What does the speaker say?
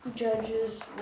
Judges